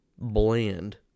bland